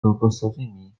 kokosowymi